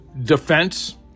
defense